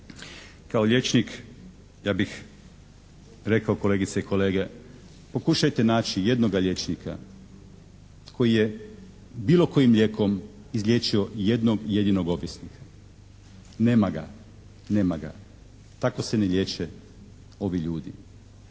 Kao liječnik ja bih rekao kolegice i kolege, pokušajte naći jednoga liječnika koji je bilo kojim lijekom izliječio jednog, jedinog ovisnika. Nema ga. Tako se ne liječe ovi ljudi.